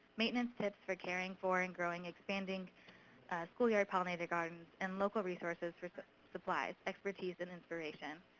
maintenance tips for caring for, and growing, expanding school yard pollinator gardens, and local resources for supplies, expertise, and inspiration.